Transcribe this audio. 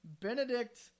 Benedict